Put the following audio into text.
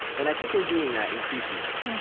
and i think we're doing that increasingly,